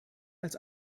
als